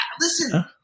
Listen